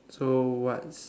so what's